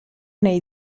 nei